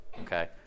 Okay